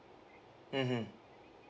mmhmm